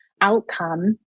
outcome